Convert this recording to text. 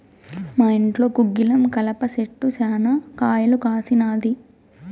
మా ఇంట్లో గుగ్గిలం కలప చెట్టు శనా కాయలు కాసినాది